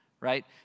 right